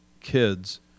kids